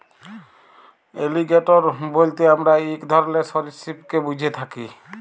alligator বইলতে আমরা ইক ধরলের সরীসৃপকে ব্যুঝে থ্যাকি